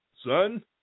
son